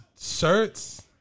shirts